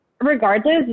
regardless